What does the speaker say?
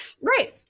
Right